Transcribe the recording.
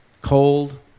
cold